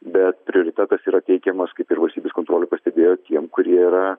bet prioritetas yra teikiamas kaip ir valstybės kontrolė pastebėjo tiem kurie yra